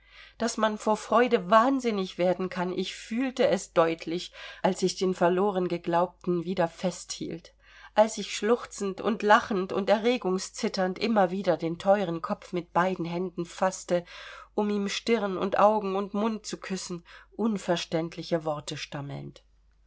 daß man vor freude wahnsinnig werden kann ich fühlte es deutlich als ich den verlorengeglaubten wieder fest hielt als ich schluchzend und lachend und erregungszitternd immer wieder den teuren kopf mit beiden händen faßte um ihm stirn und augen und mund zu küssen unverständliche worte stammelnd